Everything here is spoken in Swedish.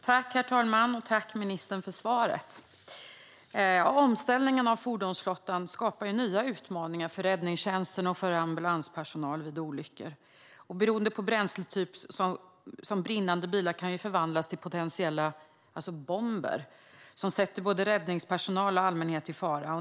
Herr talman! Tack, ministern, för svaret! Omställningen av fordonsflottan skapar nya utmaningar för räddningstjänst och ambulanspersonal vid olyckor. Beroende på bränsletyp kan brinnande bilar förvandlas till potentiella "bomber" som sätter både räddningspersonal och allmänhet i fara.